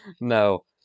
No